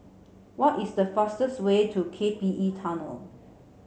what is the fastest way to K P E Tunnel